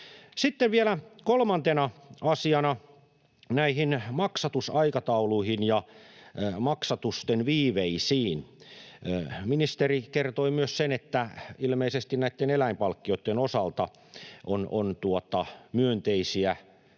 Sitten vielä kolmantena asiana näihin maksatusaikatauluihin ja maksatusten viiveisiin: Ministeri kertoi, että ilmeisesti eläinpalkkioitten osalta on myönteisiä